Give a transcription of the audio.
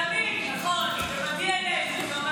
תמיד, נכון, זה בדנ"א.